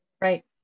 right